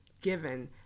given